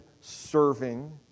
serving